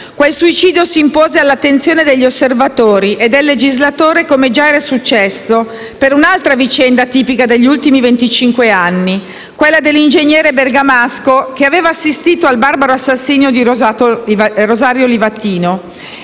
Quel suicidio s'impose all'attenzione degli osservatori e del legislatore come già era successo per un'altra vicenda tipica degli ultimi venticinque anni, quella dell'ingegnere bergamasco che aveva assistito al barbaro assassinio di Rosario Livatino,